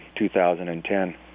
2010